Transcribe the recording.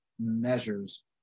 measures